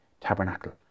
tabernacle